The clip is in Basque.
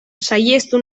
saihestu